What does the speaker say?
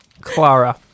Clara